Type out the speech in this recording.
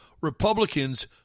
Republicans